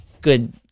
good